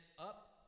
up